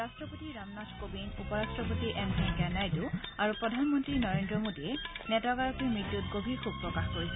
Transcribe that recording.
ৰাষ্ট্ৰপতি ৰামনাথ কোবিন্দ উপ ৰাষ্ট্ৰপতি এম ভেংকায়া নাইড় আৰু প্ৰধানমন্ত্ৰী নৰেন্দ্ৰ মোদীয়ে নেতাগৰাকীৰ মৃত্যুত গভীৰ শোক প্ৰকাশ কৰিছে